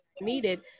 needed